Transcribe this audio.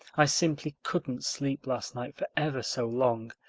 i simply couldn't sleep last night for ever so long.